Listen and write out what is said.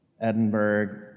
Edinburgh